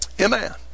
Amen